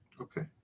Okay